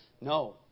No